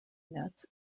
nets